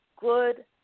good